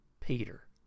Peter